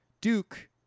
Duke